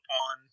on